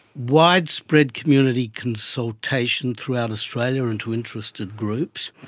widespread community consultation throughout australia and to interested groups,